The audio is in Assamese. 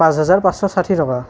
পাঁচ হাজাৰ পাঁচশ ষাঠি টকা